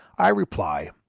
i reply,